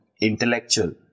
intellectual